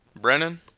Brennan